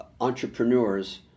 entrepreneurs